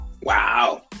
wow